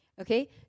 Okay